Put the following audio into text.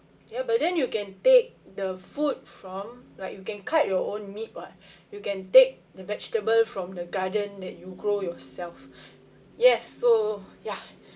ya but then you can take the food from like you can cut your own meat [what] you can take the vegetable from the garden that you grow yourself yes so ya